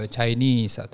Chinese